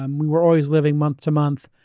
um we were always living month to month.